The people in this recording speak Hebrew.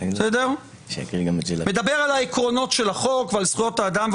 מדבר על העקרונות של החוק ועל זכויות האדם,